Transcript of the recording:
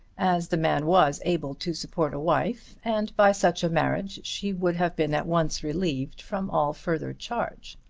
as the man was able to support a wife, and by such a marriage she would have been at once relieved from all further charge.